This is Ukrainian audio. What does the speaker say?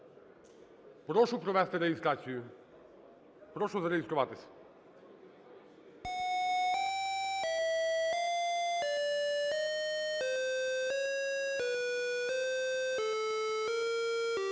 прошу провести реєстрацію. Прошу зареєструватись.